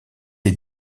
est